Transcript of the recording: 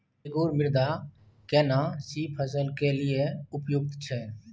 रेगुर मृदा केना सी फसल के लिये उपयुक्त छै?